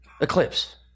eclipse